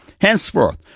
Henceforth